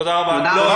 תודה, אסף.